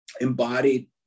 embodied